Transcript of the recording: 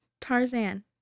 tarzan